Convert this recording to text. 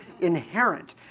inherent